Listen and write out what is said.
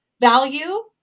value